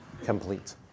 complete